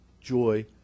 joy